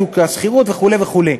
על שוק השכירות וכו' וכו'.